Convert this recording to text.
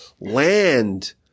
land